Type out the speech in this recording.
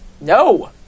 No